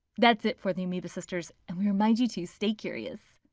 that's it for the amoeba sisters and we remind you to stay curious.